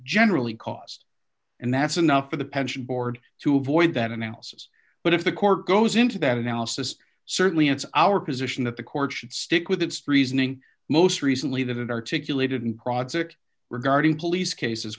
generally costs and that's enough for the pension board to avoid that analysis but if the court goes into that analysis certainly it's our position that the or should stick with its reasoning most recently that it articulated and project regarding police cases